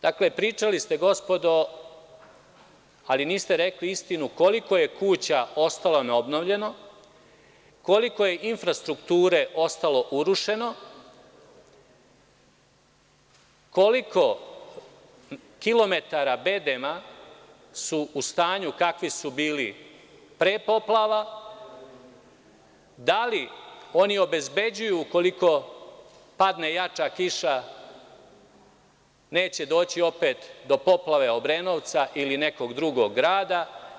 Dakle, pričali ste gospodo, ali niste rekli istinu koliko je kuća ostalo neobnovljeno, koliko je infrastrukture ostalo urušeno, koliko kilometara bedema su u stanju kakvi su bili pre poplava, da li oni obezbeđuju ukoliko padne jača kiša neće doći opet do poplave Obrenovca ili nekog drugog grada.